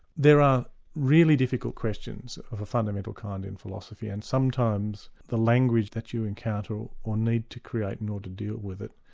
there are really difficult questions of a fundamental kind in philosophy, and sometimes the language that you encounter or need to create in order to deal with it,